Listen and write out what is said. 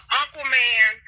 Aquaman